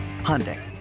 hyundai